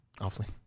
awfully